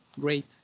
great